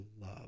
love